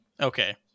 Okay